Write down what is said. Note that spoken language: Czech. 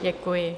Děkuji.